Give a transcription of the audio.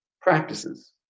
practices